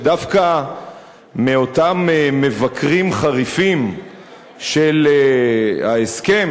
שדווקא מאותם מבקרים חריפים של ההסכם